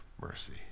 mercy